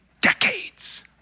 decades